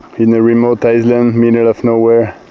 in the middle of nowhere